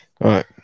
right